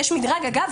יש מדרג אגב,